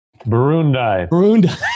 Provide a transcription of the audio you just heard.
Burundi